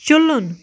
چِلُن